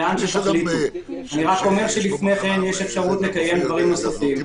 לפי כן יש אפשרות לקיים דברים נוספים.